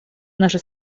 наша